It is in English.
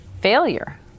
failure